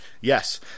Yes